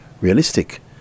realistic